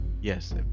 Yes